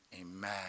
Amen